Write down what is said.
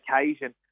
occasion